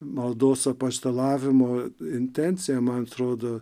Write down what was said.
maldos apaštalavimo intencija man atrodo